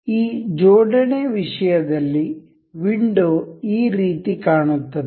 ಈ ಜೋಡಣೆ ವಿಷಯದಲ್ಲಿ ವಿಂಡೋ ಈ ರೀತಿ ಕಾಣುತ್ತದೆ